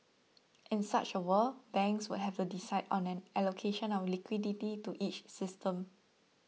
in such a world banks would have to decide on an allocation of liquidity to each system